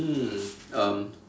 mm um